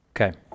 Okay